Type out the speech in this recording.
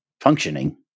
functioning